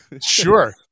Sure